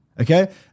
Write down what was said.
Okay